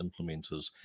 implementers